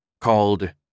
called